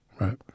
Right